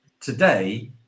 Today